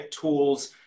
tools